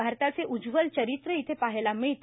भारताचे उज्ज्वल चरित्र येथे पाहायला मिळते